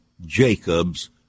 Jacob's